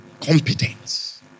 Competence